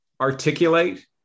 articulate